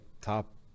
top